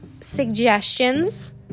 suggestions